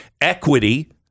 Equity